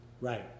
Right